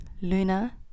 Luna